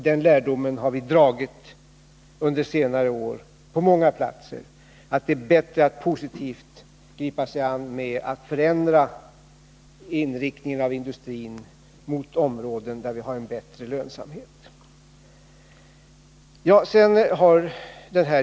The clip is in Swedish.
Den lärdomen har vi dragit under senare år, att det är bättre att positivt gripa sig an med att förändra inriktningen av industrin mot områden där vi har en bättre lönsamhet.